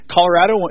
Colorado